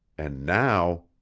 and now